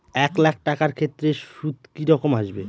এক লাখ টাকার ক্ষেত্রে সুদ কি রকম আসবে?